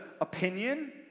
opinion